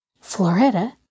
Floretta